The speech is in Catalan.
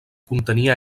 contenia